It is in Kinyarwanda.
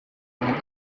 rwanda